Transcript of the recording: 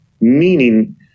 meaning